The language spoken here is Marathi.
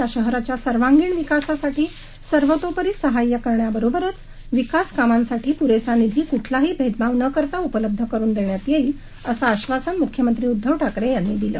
या शहराच्या सर्वांगिण विकासाठी सर्वोतोपरी सहाय्य करण्याबरोबरच विकास कामांसाठी पुरेसा निधी कुठलाही भेदभाव न करता उपलब्ध करुन देण्यात येईल असं आश्वासन मुख्यमंत्री उध्दव ठाकरे यांनी दिले